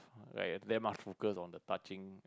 like then must focus on the touching